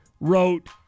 wrote